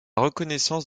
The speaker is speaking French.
reconnaissance